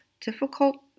difficult